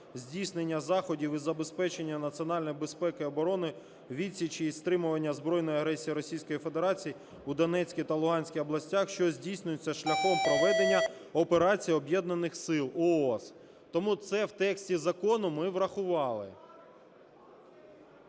здійснення заходів із забезпечення національної безпеки і оборони, відсічі і стримування збройної агресії Російської Федерації у Донецькій та Луганській областях, що здійснюються шляхом проведення операції Об'єднаних сил (ООС)". Тому це в тексті закону ми врахували.